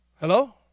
Hello